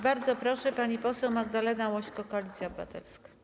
Bardzo proszę, pani poseł Magdalena Łośko, Koalicja Obywatelska.